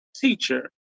teacher